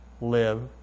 live